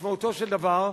משמעותו של דבר,